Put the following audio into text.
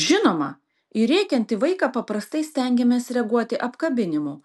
žinoma į rėkiantį vaiką paprastai stengiamės reaguoti apkabinimu